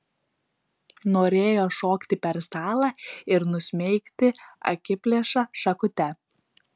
norėjo šokti per stalą ir nusmeigti akiplėšą šakute